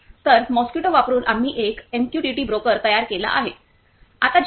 तर मॉस्किटो वापरुन आम्ही एक एमक्यूटीटी ब्रोकर तयार केला आहे